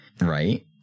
right